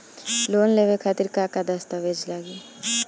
Loan लेवे खातिर का का दस्तावेज लागी?